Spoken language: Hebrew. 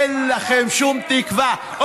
אין לכם שום תקווה.